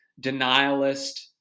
denialist